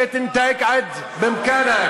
אתה מדבר שטויות, מספיק.